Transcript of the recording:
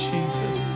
Jesus